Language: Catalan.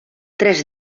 tres